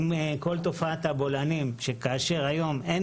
עם כל תופעת הבולענים שכאשר היום אין